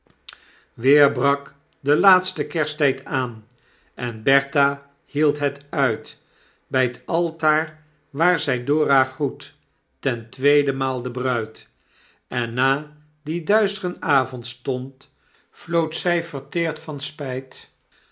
weer brak de laatste kersttyd aan en bertha hield het uit by t altaar waar zy dora groet ten tweede maal de bruid en na dien duistren avondstond vlood zy verteerd van spyt